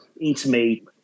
intimate